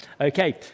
Okay